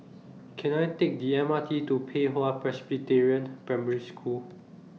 Can I Take The M R T to Pei Hwa Presbyterian Primary School